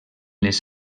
les